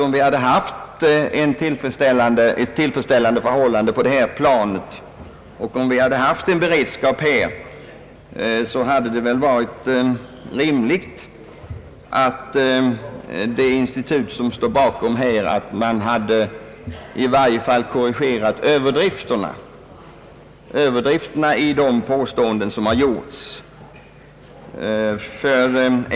Om vi hade haft ett tillfredsställande förhållande på det här planet och om vi hade haft en beredskap härvidlag så hade det varit rimligt att det institut som står bakom de nu utförda undersökningarna i varje fall hade korrigerat överdrifterna i de påståenden som har gjorts.